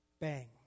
Bang